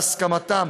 בהסכמתן,